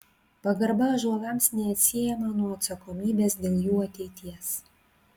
pagarba ąžuolams neatsiejama nuo atsakomybės dėl jų ateities